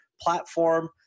platform